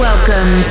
Welcome